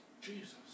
Jesus